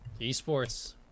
eSports